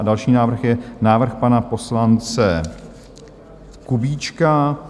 Další návrh je návrh pana poslance Kubíčka.